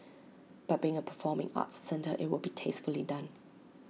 but being A performing arts centre IT will be tastefully done